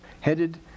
headed